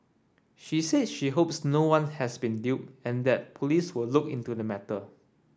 she said she hopes no one has been duped and that police will look into the matter